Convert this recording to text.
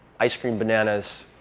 ice cream, bananas,